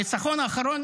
הניצחון האחרון